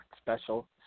special